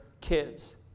kids